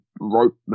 rope